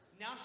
Now